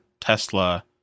Tesla